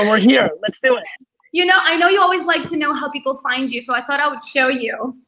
and we're here let's do it. you know i know you always like to know how people find you. so i thought i would show you.